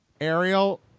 Ariel